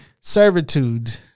Servitude